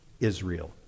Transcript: Israel